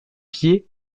pieds